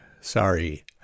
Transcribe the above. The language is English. Sorry